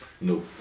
No